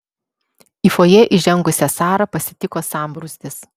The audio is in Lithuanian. į fojė įžengusią sarą pasitiko sambrūzdis